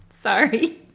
Sorry